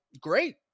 great